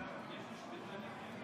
חבריי חברי הכנסת, זה עוד חוק ציוני פרופר.